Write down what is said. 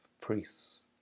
priests